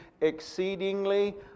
exceedingly